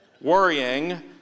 Worrying